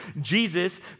Jesus